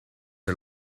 are